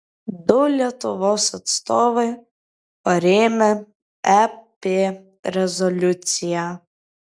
du lietuvos atstovai parėmė ep rezoliuciją